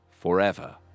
forever